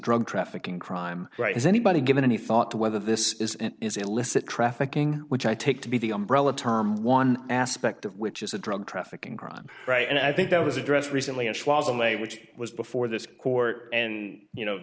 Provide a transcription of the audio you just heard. drug trafficking crime right is anybody given any thought to whether this is illicit trafficking which i take to be the umbrella term one aspect of which is the drug trafficking crime right and i think that was addressed recently and was in may which was before this court and you know